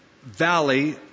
valley